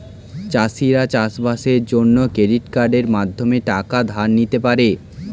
চাষিরা চাষবাসের জন্য ক্রেডিট কার্ডের মাধ্যমে টাকা ধার নিতে পারে